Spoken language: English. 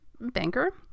banker